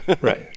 Right